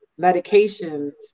medications